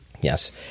Yes